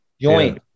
joint